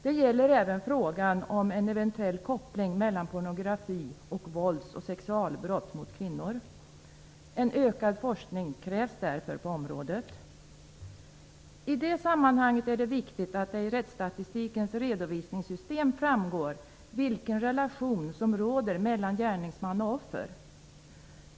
Det gäller även frågan om en eventuell koppling mellan pornografi och vålds och sexualbrott mot kvinnor. En ökad forskning krävs därför på området. I det sammanhanget är det viktigt att det i rättsstatistikens redovisningssystem framgår vilken relation som råder mellan gärningsman och offer.